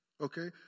Okay